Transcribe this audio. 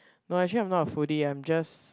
no actually I'm not a foodie I'm just